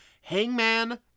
Hangman